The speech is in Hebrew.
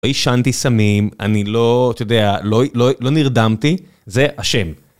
עישנתי סמים, אני לא, אתה יודע, לא נרדמתי, זה אשם.